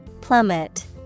Plummet